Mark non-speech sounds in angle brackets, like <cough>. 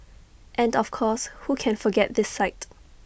and of course who can forget this sight <noise>